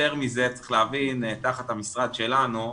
יותר מזה, צריך להבין, תחת המשרד שלנו,